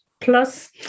plus